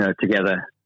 together